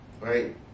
right